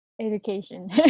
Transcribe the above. education